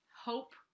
hope